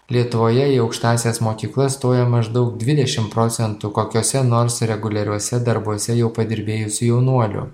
lietuvoje į aukštąsias mokyklas stoja maždaug dvidešim procentų kokiuose nors reguliariuose darbuose jau padirbėjusių jaunuolių